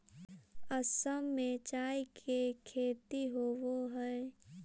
असम में चाय के खेती होवऽ हइ